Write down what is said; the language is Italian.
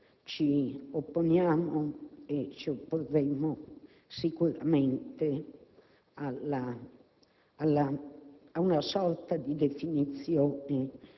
(ancora oggi abbiamo avuto grandi dolori da questa mancanza di sicurezza).